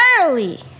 early